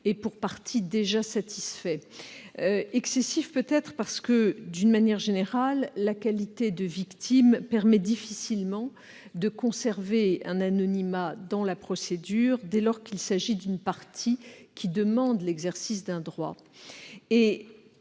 et pour partie satisfait. Excessif, parce que, d'une manière générale, la qualité de victime permet difficilement de conserver un anonymat dans la procédure, dès lors qu'il s'agit d'une partie qui demande l'exercice d'un droit.